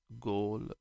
goal